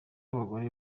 abagore